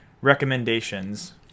recommendations